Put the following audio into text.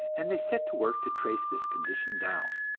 and they set to work to trace this condition down.